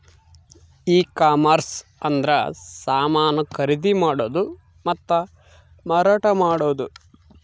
ಈ ಕಾಮರ್ಸ ಅಂದ್ರೆ ಸಮಾನ ಖರೀದಿ ಮಾಡೋದು ಮತ್ತ ಮಾರಾಟ ಮಾಡೋದು